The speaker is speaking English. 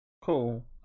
cool